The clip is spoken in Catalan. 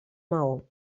maó